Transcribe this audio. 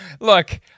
Look